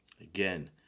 Again